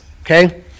okay